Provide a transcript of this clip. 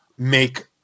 Make